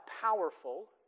powerful